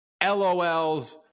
LOLs